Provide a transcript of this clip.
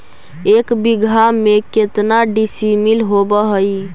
एक बीघा में केतना डिसिमिल होव हइ?